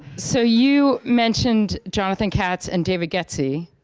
so you mentioned jonathan katz and david getsy,